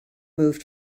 moved